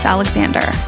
Alexander